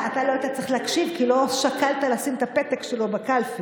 אתה לא היית צריך להקשיב כי לא שקלת לשים את הפתק שלו בקלפי,